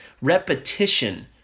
Repetition